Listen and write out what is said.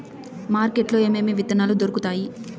market లో ఏమేమి విత్తనాలు దొరుకుతాయి